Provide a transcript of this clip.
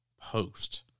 Post